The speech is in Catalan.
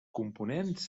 components